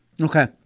okay